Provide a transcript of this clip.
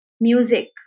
Music